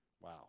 Wow